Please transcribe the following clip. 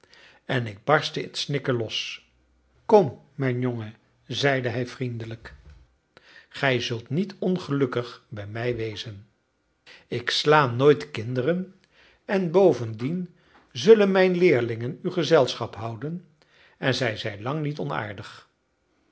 en ik barstte in snikken los kom mijn jongen zeide hij vriendelijk gij zult niet ongelukkig bij mij wezen ik sla nooit kinderen en bovendien zullen mijn leerlingen u gezelschap houden en zij zijn lang niet onaardig